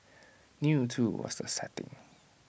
new too was the setting